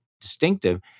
distinctive